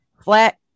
Flat